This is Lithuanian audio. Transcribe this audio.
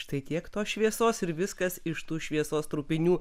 štai tiek tos šviesos ir viskas iš tų šviesos trupinių